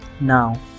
now